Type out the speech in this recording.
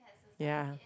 ya